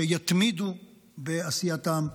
שיתמידו בעשייתם,